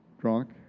drunk